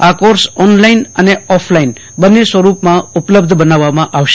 આ course online અને offline બંને સ્વરૂપમાં ઉપલબ્ધ બનાવવામાં આવશે